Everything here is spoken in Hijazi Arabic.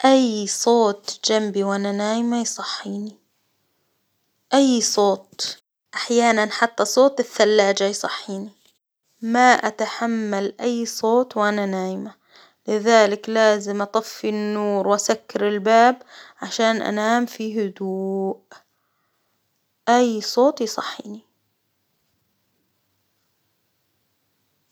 أي صوت جنبي وأنا نايمة يصحيني، أي صوت، أحيانا حتى صوت الثلاجة يصحيني، ما أتحمل أي صوت وأنا نايمة، لذلك لازم أطفي النور واسكر الباب عشان أنام في هدوء أي صوت يصحيني.